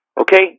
Okay